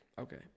Okay